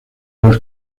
los